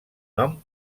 nom